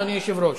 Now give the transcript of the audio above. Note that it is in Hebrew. אדוני היושב-ראש,